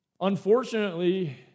Unfortunately